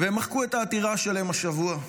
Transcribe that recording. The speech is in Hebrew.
והם מחקו את העתירה שלהם השבוע.